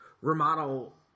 remodel